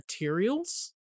materials